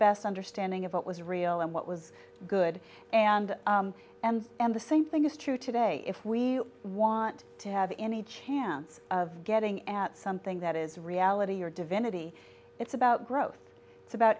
best understanding of what was real and what was good and and and the same thing is true today if we want to have any chance of getting at something that is reality or divinity it's about growth it's about